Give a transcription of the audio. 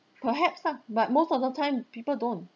perhaps some but most of the time people don't